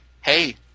hey